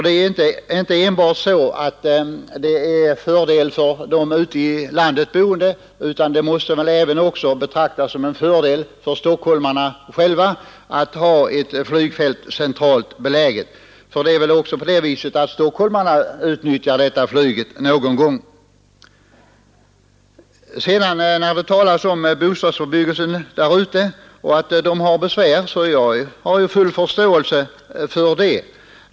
Det är ju inte enbart en fördel för dem som bor ute i landet utan det måste väl även betraktas som en fördel för stockholmarna själva att ha ett centralt beläget flygfält. Också stockholmarna utnyttjar väl ibland denna möjlighet. Jag har vidare full förståelse för att det uppstår problem för dem som bor omkring flygplatsen.